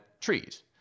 trees